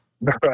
right